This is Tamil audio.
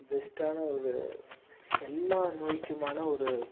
பெஸ்ட்டான ஒரு எல்லாம் நோய்க்குமான ஒரு